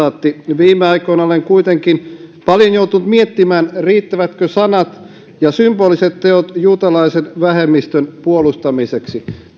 viime aikoina olen kuitenkin paljon joutunut miettimään riittävätkö sanat ja symboliset teot juutalaisen vähemmistön puolustamiseksi